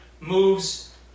moves